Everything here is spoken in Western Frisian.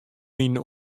myn